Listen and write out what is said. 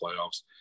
playoffs